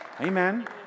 Amen